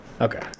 Okay